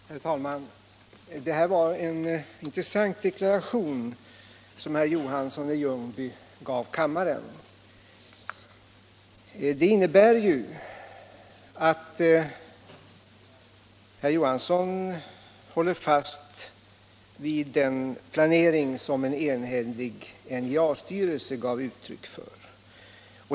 Herr talman! Det var en intressant deklaration som herr Johansson i Ljungby gav kammaren. Den innebar ju att herr Johansson håller fast vid den planering som en enhällig NJA-styrelse gav uttryck för.